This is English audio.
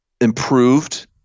improved